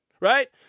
Right